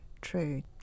true